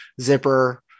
zipper